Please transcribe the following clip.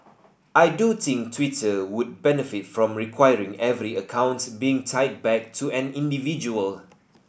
I do think Twitter would benefit from requiring every account being tied back to an individual